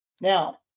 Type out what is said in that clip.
Now